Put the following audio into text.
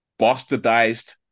bastardized